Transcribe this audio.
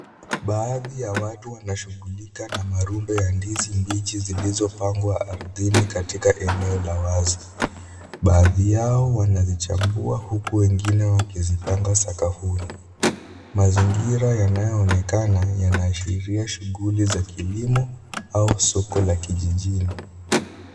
Baadhi ya watu wanashughulika na marundo ya ndizi mbichi zilizopangwa ardhini katika eneo la wazi. Baadhi yao wanazichambua huku wengine wakizipanga sakafuni. Mazingira yanayoonekana yanaashiria shughuli za kilimo au soko la kijijini.